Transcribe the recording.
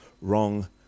wrong